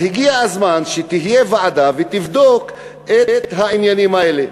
אז הגיע הזמן שתהיה ועדה שתבדוק את העניינים האלה.